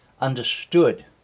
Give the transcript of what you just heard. understood